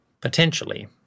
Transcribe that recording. Potentially